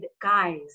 guys